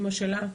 אימא שלה,